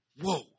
Whoa